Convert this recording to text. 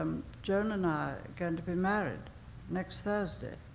um joan and i are going to be married next thursday.